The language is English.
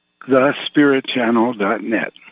thespiritchannel.net